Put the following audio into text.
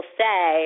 say